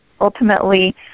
ultimately